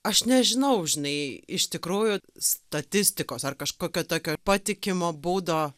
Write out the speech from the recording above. aš nežinau žinai iš tikrųjų statistikos ar kažkokio tokio patikimo būdo